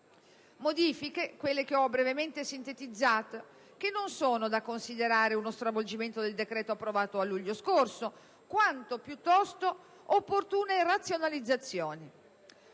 modifiche che ho brevemente sintetizzato non sono da considerare uno stravolgimento del decreto approvato lo scorso luglio, quanto piuttosto opportune razionalizzazioni.